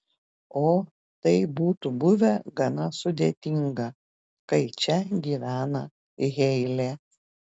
o tai būtų buvę gana sudėtinga kai čia gyvena heilė